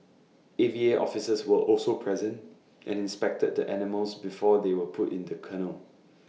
A V A officers were also present and inspected the animals before they were put in the kennel